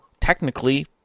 technically